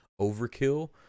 overkill